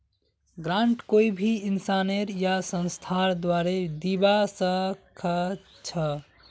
grant कोई भी इंसानेर या संस्थार द्वारे दीबा स ख छ